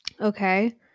okay